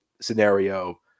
scenario